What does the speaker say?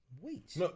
Wait